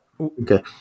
Okay